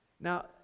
Now